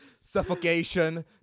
Suffocation